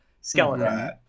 skeleton